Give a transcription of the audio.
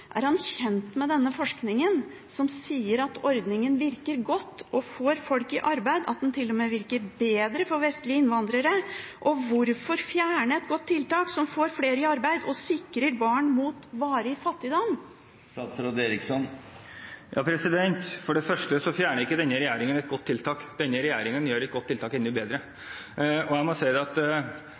Er han kjent med denne forskningen, som sier at ordningen virker godt og får folk i arbeid, og at den til og med virker bedre for ikke-vestlige innvandrere? Hvorfor fjerne et godt tiltak som får flere i arbeid og sikrer barn mot varig fattigdom? For det første fjerner ikke denne regjeringen et godt tiltak. Denne regjeringen gjør et godt tiltak enda bedre. Jeg er ikke enig med representanten Andersen når hun sier at